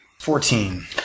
Fourteen